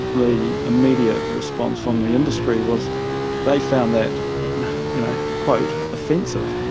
the immediate response from the industry was they found that you know quote offensive',